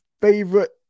favorite